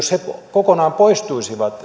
kokonaan poistuisivat